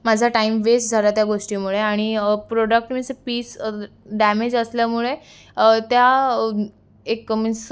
माझा time waste झाला त्या गोष्टीमुळे आणि प्रॉडक्ट मीन्स पीस डॅमेज असल्यामुळे त्या एक मीन्स